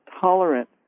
tolerant